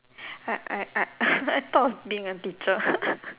I I I I thought of being a teacher